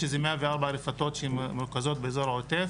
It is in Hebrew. יש 104 רפתות שמרוכזות באזור העוטף.